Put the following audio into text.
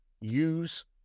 use